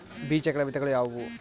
ಬೇಜಗಳ ವಿಧಗಳು ಯಾವುವು?